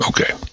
okay